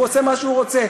והוא עושה מה שהוא רוצה,